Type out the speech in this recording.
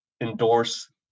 endorse